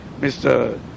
Mr